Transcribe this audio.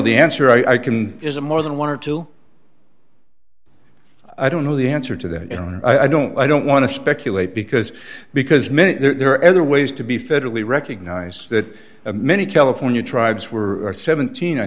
the answer i can is a more than one or two i don't know the answer to that and i don't i don't want to speculate because because many there are other ways to be federally recognized that many california tribes were seventeen i